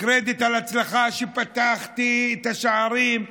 קרדיט על הצלחה שפתחו את השערים,